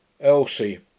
Elsie